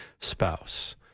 spouse